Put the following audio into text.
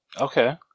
Okay